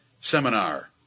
seminar